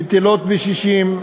בטלות בשישים.